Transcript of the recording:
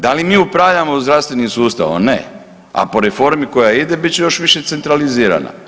Da li mi upravljamo zdravstvenim sustavom, ne, a po reformi koja ide bit će još više centralizirana.